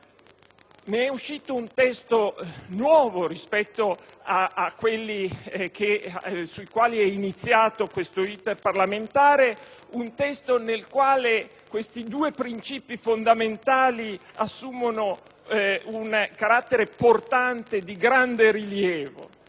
Ne è uscito un testo nuovo rispetto a quelli sui quali è iniziato questo *iter* parlamentare, un testo nel quale questi due principi fondamentali assumono un carattere portante di grande rilievo.